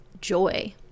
joy